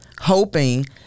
Hoping